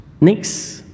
Next